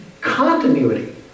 Continuity